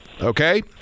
okay